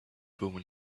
woman